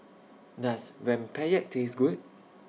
Does Rempeyek Taste Good